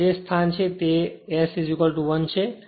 અને આ તે સ્થાન છે જે S 1 છે